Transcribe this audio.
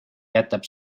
jätab